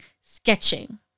sketching